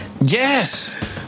yes